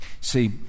See